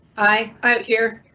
i i hear